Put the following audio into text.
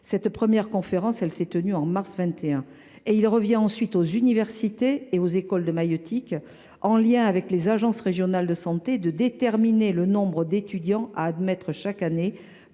Cette première conférence s’est tenue en mars 2021. Il revient ensuite aux universités et aux écoles de maïeutique, en lien avec les agences régionales de santé (ARS), de déterminer le nombre d’étudiants à admettre chaque année